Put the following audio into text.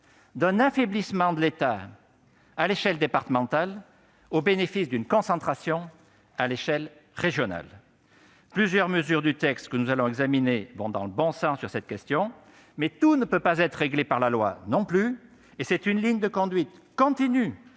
d'un affaiblissement de l'État à l'échelle départementale au bénéfice d'une concentration au niveau régional. Plusieurs mesures du texte que nous allons examiner vont dans le bon sens sur cette question, mais tout ne peut pas être réglé par la loi non plus. C'est une ligne de conduite continue